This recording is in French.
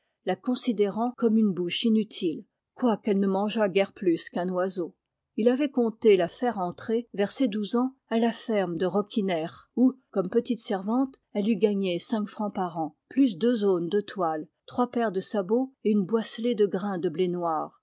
la considérant comme une bouche inutile quoiqu'elle ne mangeât guère plus qu'un oiseau il avait compté la faire entrer vers ses douze ans à la ferme de roquinerc'h où comme petite servante elle eût gagné cinq francs par an plus deux aunes de toile trois paires de sabots et une boisselée de grain de blé noir